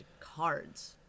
cards